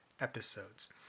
episodes